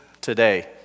today